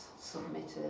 submitted